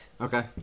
Okay